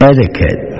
Etiquette